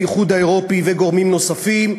האיחוד האירופי וגורמים נוספים,